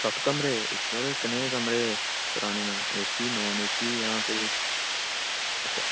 सत्त कमरे सर कनेह् कमरे कराने न एसी नान एसी जां कोई अच्छा